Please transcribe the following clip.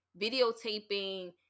videotaping